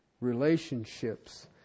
relationships